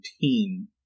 team